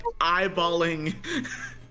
eyeballing